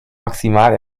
maximal